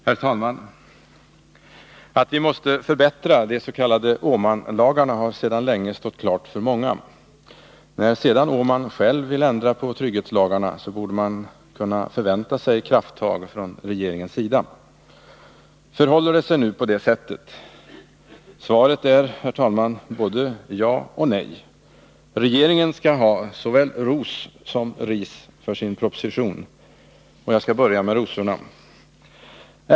Herr talman! Att vi måste förbättra de s.k. Åmanlagarna har sedan länge stått klart för många. När sedan Åman själv vill ändra på trygghetslagarna, borde man kunna förvänta sig krafttag från regeringens sida. Förhåller det sig nu på det sättet? Svaret är både ja och nej. Regeringen skall ha såväl ros som ris för sin proposition. Jag skall börja med rosorna.